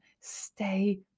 Stay